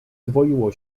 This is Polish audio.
dwoiło